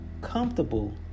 comfortable